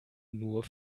nur